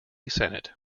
senate